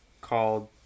called